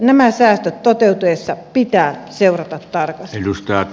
näitä säästöjä toteutuessaan pitää seurata tarkasti